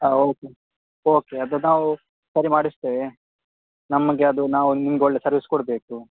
ಹಾಂ okay okay ಅದು ನಾವು ಸರಿ ಮಾಡಿಸ್ತೇವೆ ನಮಗೆ ಅದು ನಾವು ನಿಮಗೆ ಒಳ್ಳೆ ಸರ್ವಿಸ್ ಕೊಡಬೇಕು